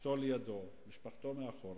אשתו לידו, משפחתו מאחור,